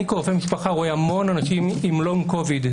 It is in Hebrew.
אני, כרופא משפחה, רואה המון אנשים עם לונג קוביד.